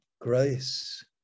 Grace